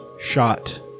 shot